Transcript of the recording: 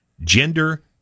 gender